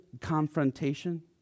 confrontation